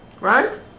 right